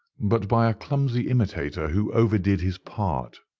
but by a clumsy imitator who overdid his part.